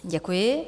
Děkuji.